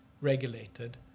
regulated